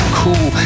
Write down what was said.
cool